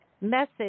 message